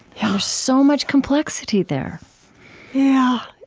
yeah ah so much complexity there yeah,